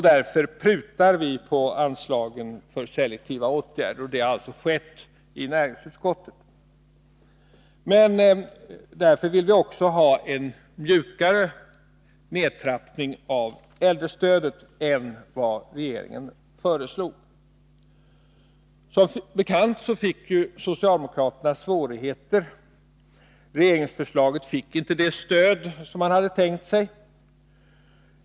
Därför prutar vi på anslagen till selektiva åtgärder. Det har alltså skett i näringsutskottet. Vi vill också ha en mjukare nedtrappning av äldrestödet än vad regeringen föreslår. Som bekant fick socialdemokraterna svårigheter: regeringsförslaget fick inte det stöd som man hade tänkt sig.